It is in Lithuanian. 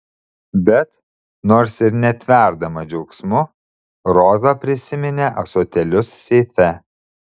bet nors ir netverdama džiaugsmu roza prisiminė ąsotėlius seife